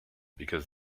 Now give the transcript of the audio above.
because